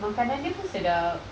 makanan dia pun sedap